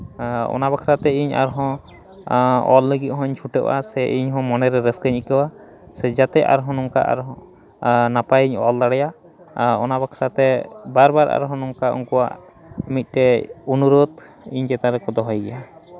ᱟᱨ ᱚᱱᱟ ᱵᱟᱠᱷᱨᱟᱛᱮ ᱤᱧ ᱟᱨᱦᱚᱸ ᱚᱞ ᱞᱟᱹᱜᱤᱫ ᱦᱚᱧ ᱪᱷᱩᱴᱟᱹᱜᱼᱟ ᱥᱮ ᱤᱧ ᱦᱚᱸ ᱢᱚᱱᱮᱨᱮ ᱨᱟᱹᱥᱠᱟᱹᱧ ᱟᱹᱭᱠᱟᱹᱣᱟ ᱥᱮ ᱡᱟᱛᱮ ᱟᱨᱦᱚᱸ ᱱᱝᱠᱟ ᱟᱨᱦᱚᱸ ᱱᱟᱯᱟᱭᱤᱧ ᱚᱞ ᱫᱟᱲᱮᱭᱟᱜ ᱟᱨ ᱚᱱᱟ ᱵᱟᱠᱷᱨᱟ ᱛᱮ ᱵᱟᱨ ᱵᱟᱨ ᱟᱨᱦᱚᱸ ᱱᱚᱝᱠᱟ ᱩᱱᱠᱩᱣᱟᱜ ᱢᱤᱫᱴᱮᱱ ᱚᱱᱩᱨᱳᱫᱷ ᱤᱧ ᱪᱮᱛᱟᱱ ᱨᱮᱠᱚ ᱫᱚᱦᱚᱭ ᱜᱮᱭᱟ